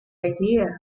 idea